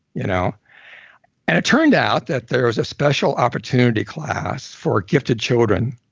you know and it turned out that there was a special opportunity class for gifted children